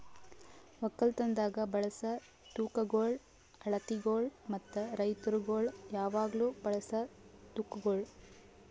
ಒಕ್ಕಲತನದಾಗ್ ಬಳಸ ತೂಕಗೊಳ್, ಅಳತಿಗೊಳ್ ಮತ್ತ ರೈತುರಗೊಳ್ ಯಾವಾಗ್ಲೂ ಬಳಸ ತೂಕಗೊಳ್